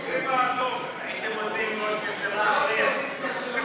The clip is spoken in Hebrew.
מדינית זרה (תיקון) (הגברת השקיפות